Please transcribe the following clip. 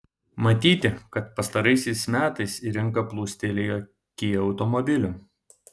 matyti kad pastaraisiais metais į rinką plūstelėjo kia automobilių